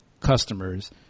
customers